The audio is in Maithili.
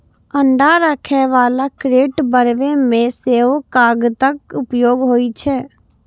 अंडा राखै बला क्रेट बनबै मे सेहो कागतक उपयोग होइ छै